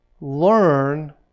learn